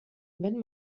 wenn